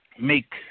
make